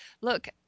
look